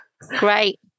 Great